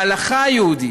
בהלכה היהודית,